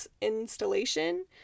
installation